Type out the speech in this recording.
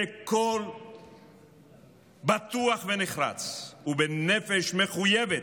בקול בטוח ונחרץ ובנפש מחויבת.